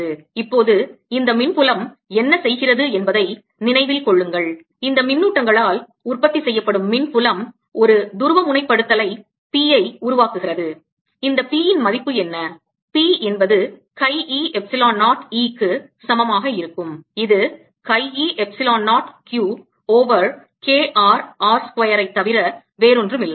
இப்போது இந்த மின்புலம் என்ன செய்கிறது என்பதை நினைவில் கொள்ளுங்கள் இந்த மின்னூட்டங்களால் உற்பத்தி செய்யப்படும் மின் புலம் ஒரு துருவமுனைப்படுத்தலை p உருவாக்குகிறது இந்த p யின் மதிப்பு என்ன p என்பது chi e எப்சிலோன் 0 E க்கு சமமாக இருக்கும் இது chi e epsilon 0 Q over K r r square ஐத் தவிர வேறொன்றுமில்லை